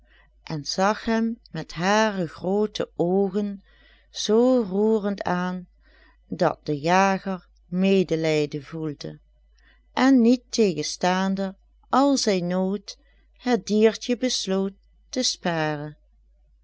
en zag hem met hare groote oogen zoo roerend aan dat de jager medelijden voelde en niettegenstaande al zijn nood het diertje besloot te sparen